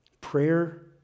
Prayer